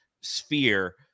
sphere